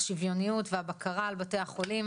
השוויוניות והבקרה על בתי החולים,